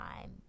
time